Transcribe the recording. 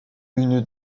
une